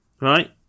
Right